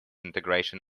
integration